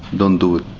don't do it.